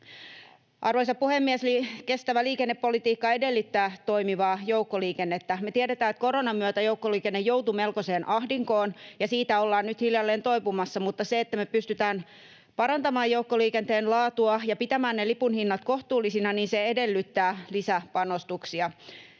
Arvoisa puhemies! Eli kestävä liikennepolitiikka edellyttää toimivaa joukkoliikennettä. Me tiedetään, että koronan myötä joukkoliikenne joutui melkoiseen ahdinkoon ja siitä ollaan nyt hiljalleen toipumassa, mutta se, että me pystytään parantamaan joukkoliikenteen laatua ja pitämään ne lipun hinnat kohtuullisina, edellyttää lisäpanostuksia.